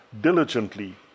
diligently